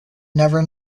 never